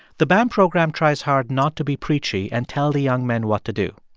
the bam program tries hard not to be preachy and tell the young men what to do.